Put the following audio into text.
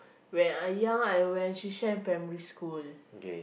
when I young I went primary school